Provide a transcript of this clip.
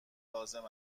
لازم